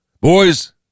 Boys